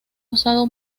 usado